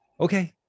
okay